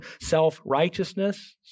self-righteousness